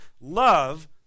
love